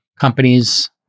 companies